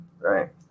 right